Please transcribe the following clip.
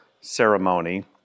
ceremony